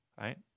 Right